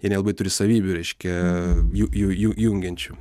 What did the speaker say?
jie nelabai turi savybių reiškia jų jų jų jungiančių